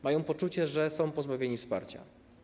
Mają poczucie, że są pozbawieni wsparcia.